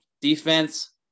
Defense